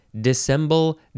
dissemble